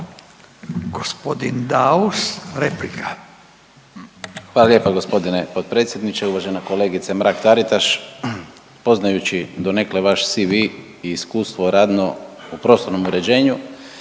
**Daus, Emil (IDS)** Hvala lijepa g. potpredsjedniče. Uvažena kolegice Mrak Taritaš. Poznajući donekle vaš CV i iskustvo radno u prostornom uređenju,